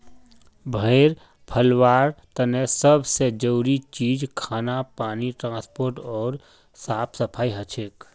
भेड़ पलवार तने सब से जरूरी चीज खाना पानी ट्रांसपोर्ट ओर साफ सफाई हछेक